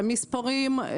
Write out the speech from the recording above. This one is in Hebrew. המספרים: